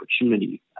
opportunity